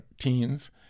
teens